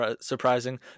surprising